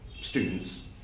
Students